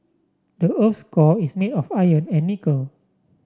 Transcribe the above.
the earth's core is made of iron and nickel